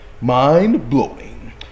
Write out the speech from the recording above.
Mind-blowing